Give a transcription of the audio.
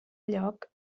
lloc